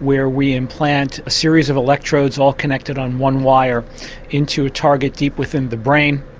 where we implant a series of electrodes all connected on one wire into a target deep within the brain.